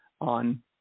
on